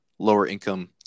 lower-income